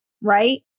right